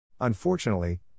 Unfortunately